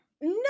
no